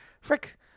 Frick